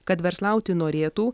kad verslauti norėtų